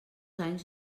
anys